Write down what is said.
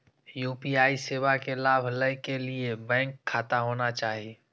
UPI सेवा के लाभ लै के लिए बैंक खाता होना चाहि?